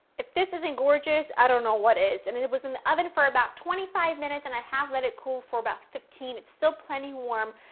if this isn't gorgeous, i don't know what is! and it it was in the oven for about twenty five minutes and i have let it cool for about fifteen and it's still plenty warm.